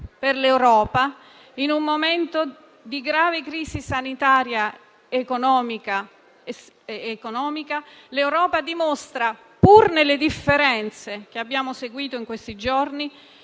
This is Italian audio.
per l'Europa intera. In un momento di grave crisi sanitaria ed economica, l'Europa dimostra, pur nelle differenze che abbiamo seguito negli ultimi giorni,